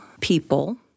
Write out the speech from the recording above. people